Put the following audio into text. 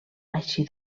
així